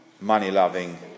Money-loving